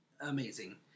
amazing